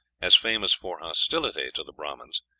as famous for hostility to the brahmans,